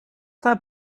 that